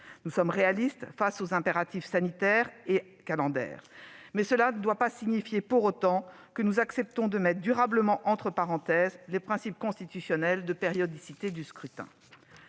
Nous sommes réalistes face aux impératifs sanitaires et calendaires. Cela ne signifie pas pour autant que nous acceptons de mettre durablement entre parenthèses le principe constitutionnel de périodicité des scrutins.